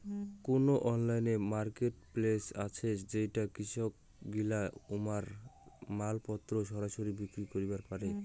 কুনো online marketplace আছে যেইঠে কৃষকগিলা উমার মালপত্তর সরাসরি বিক্রি করিবার পারে?